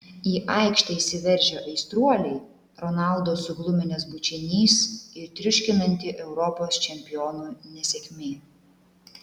į aikštę įsiveržę aistruoliai ronaldo sugluminęs bučinys ir triuškinanti europos čempionų nesėkmė